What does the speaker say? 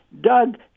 Doug